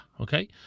okay